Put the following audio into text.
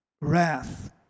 wrath